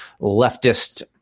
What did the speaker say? leftist